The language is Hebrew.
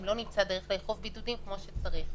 לא נמצא דרך לאכוף בידודים כפי שצריך.